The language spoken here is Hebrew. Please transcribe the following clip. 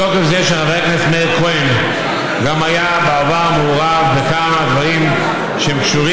מתוקף זה שחבר הכנסת מאיר כהן גם היה בעבר מעורב בכמה דברים שקשורים,